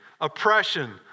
oppression